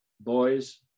boys